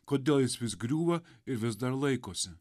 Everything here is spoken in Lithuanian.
kodėl jis vis griūva ir vis dar laikosi